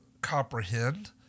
comprehend